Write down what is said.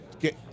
get